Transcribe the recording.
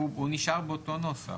הוא נשאר באותו נוסח.